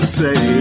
say